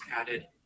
added